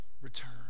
return